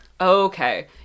Okay